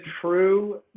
true